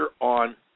on